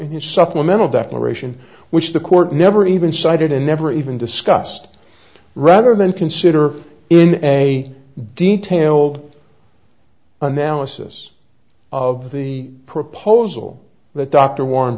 in his supplemental declaration which the court never even cited and never even discussed rather than consider in a detailed analysis of the proposal that dr war